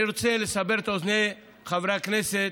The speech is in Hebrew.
אני רוצה לסבר את אוזני חברי הכנסת,